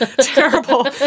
terrible